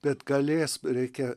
bet galės reikia